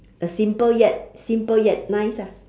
a simple yet simple yet nice ah